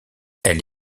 elle